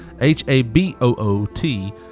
h-a-b-o-o-t